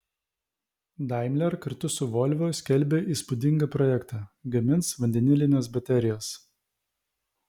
daimler kartu su volvo skelbia įspūdingą projektą gamins vandenilines baterijas